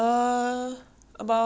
还没有建好 lah